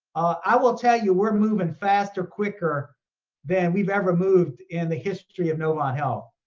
i will tell you we're moving faster, quicker than we've ever moved in the history of novant health.